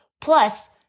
Plus